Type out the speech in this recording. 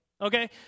Okay